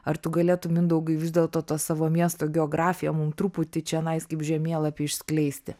ar tu galėtum mindaugai vis dėlto tą savo miesto geografiją mum truputį čionais kaip žemėlapį išskleisti